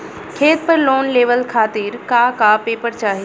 खेत पर लोन लेवल खातिर का का पेपर चाही?